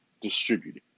distributed